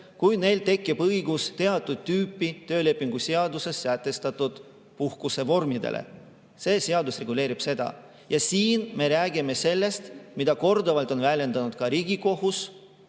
kui neil tekib õigus teatud tüüpi töölepingu seaduses sätestatud puhkusele. See seadus[eelnõu] reguleerib seda. Ja siin me räägime sellest, mida korduvalt on väljendanud ka Riigikohus: